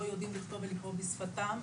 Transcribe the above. לא יודעים לקרוא ולכתוב בשפתם,